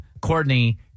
Courtney